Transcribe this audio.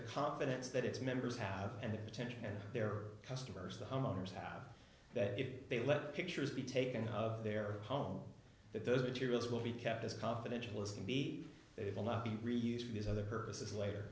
confidence that its members have and the potential and their customers the home owners have that if they let pictures be taken out of their home that those materials will be kept as confidential as can be they will not be reuse for these other purposes later